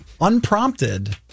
Unprompted